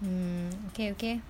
mm okay okay